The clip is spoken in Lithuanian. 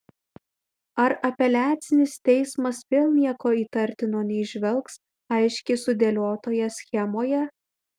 ar apeliacinis teismas vėl nieko įtartino neįžvelgs aiškiai sudėliotoje schemoje